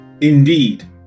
Indeed